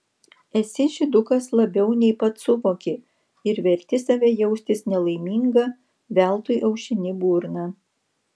esi žydukas labiau nei pats suvoki ir verti save jaustis nelaimingą veltui aušini burną